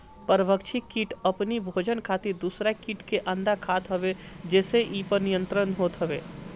परभक्षी किट अपनी भोजन खातिर दूसरा किट के अंडा खात हवे जेसे इ पर नियंत्रण होत हवे